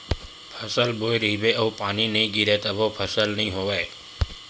फसल बोए रहिबे अउ पानी नइ गिरिय तभो फसल नइ होवय